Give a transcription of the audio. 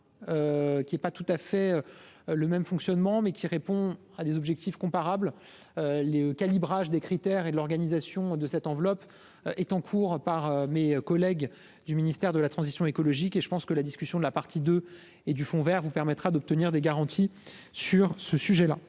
qui est pas tout à fait le même fonctionnement mais qui répond à des objectifs comparables les calibrage des critères et l'organisation de cette enveloppe est en cours par mes collègues du ministère de la transition écologique et je pense que la discussion de la partie de et du Fonds Vert vous permettra d'obtenir des garanties sur ce sujet-là,